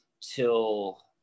till